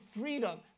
freedom